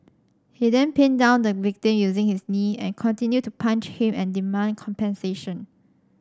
he then pinned down the victim using his knee and continued to punch him and demand compensation